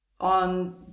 On